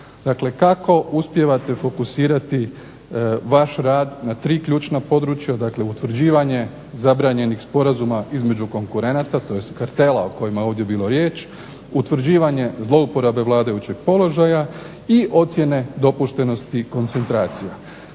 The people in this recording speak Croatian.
kako uspijevate fokusirati vaš rad na tri ključna područja. Dakle, utvrđivanje zabranjenih sporazuma između konkurenata, tj. kartela o kojima je ovdje bilo riječ, utvrđivanje zlouporabe vladajućeg položaja i ocjene dopuštenosti koncentracije.